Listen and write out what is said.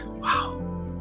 Wow